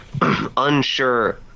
unsure